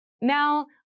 Now